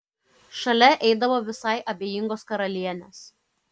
šalia eidavo visai abejingos karalienės